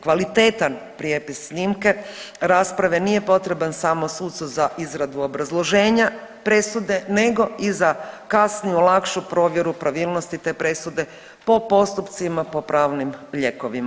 Kvalitetan prijepis snimke rasprave nije potreban samo sucu za izradu obrazloženja presude nego i za kasniju lakšu provjeru pravilnosti te presude po postupcima, po pravnim lijekovima.